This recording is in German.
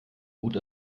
mut